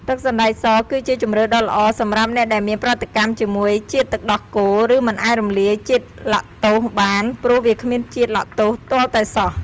ទឹកសណ្តែកសគឺជាជម្រើសដ៏ល្អសម្រាប់អ្នកដែលមានប្រតិកម្មជាមួយជាតិទឹកដោះគោ ឬមិនអាចរំលាយជាតិឡាក់តូសបាន ព្រោះវាគ្មានជាតិឡាក់តូសទាល់តែសោះ។